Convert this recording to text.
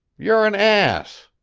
you're an ass!